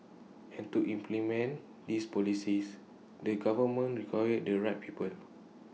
and to implement these policies the government require the right people